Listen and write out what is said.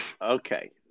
Okay